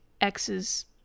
X's